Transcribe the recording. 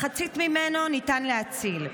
מחצית ממנו ניתן להציל.